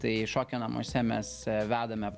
tai šokio namuose mes vedame